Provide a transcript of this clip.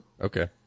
Okay